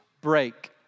break